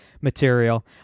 material